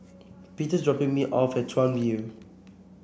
Peter's dropping me off at Chuan View